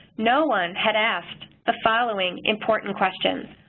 no one had asked the following important questions.